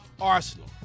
arsenal